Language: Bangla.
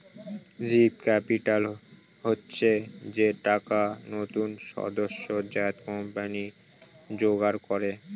বীজ ক্যাপিটাল হচ্ছে যে টাকা নতুন সদ্যোজাত কোম্পানি জোগাড় করে